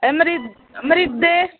मरीद मरीदे